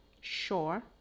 sure